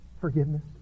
Forgiveness